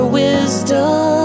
wisdom